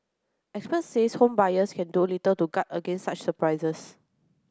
experts says home buyers can do little to guard against such surprises